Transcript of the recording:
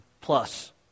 plus